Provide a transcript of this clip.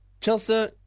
Chelsea